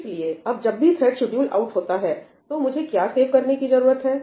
इसलिए अब जब भी थ्रेड शेड्यूल्ड आउट होता है तो मुझे क्या सेव करने की जरूरत है